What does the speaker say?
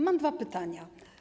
Mam dwa pytania.